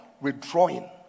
withdrawing